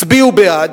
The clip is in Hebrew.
הצביעו בעד,